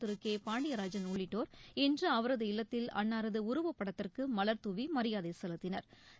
திரு K Pandiarajan உள்ளிட்டோர் இன்று அவரது இல்லத்தில் அன்னாரது உருவப்படத்திற்கு மலாதூவி மரியாதை செலுத்தினா்